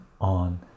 on